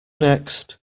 next